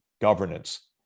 governance